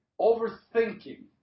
Overthinking